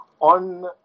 On